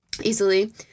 easily